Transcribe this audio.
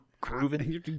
grooving